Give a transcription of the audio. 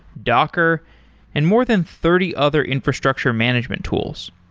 docker and more than thirty other infrastructure management tools.